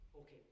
Okay